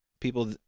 People